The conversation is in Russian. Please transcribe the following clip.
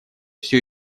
все